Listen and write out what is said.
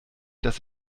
dass